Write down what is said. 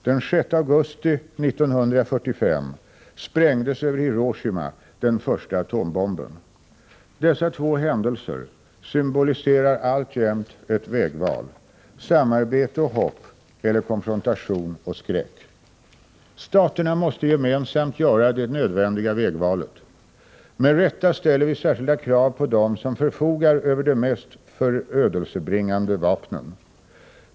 Den 6 augusti 1945 sprängdes över Hiroshima den första atombomben. Dessa två händelser symboliserar alltjämt ett vägval: samarbete och hopp eller konfrontation och skräck. Staterna måste gemensamt göra det nödvändiga vägvalet. Med rätta ställer vi särskilda krav på dem som förfogar över de mest förödelsebringande vapnen.